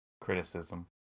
criticism